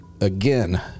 again